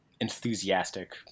enthusiastic